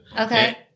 Okay